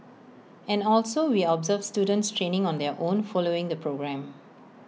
and also we observe students training on their own following the programme